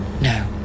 No